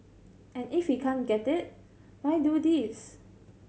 and if he can't get it why do this